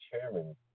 Chairman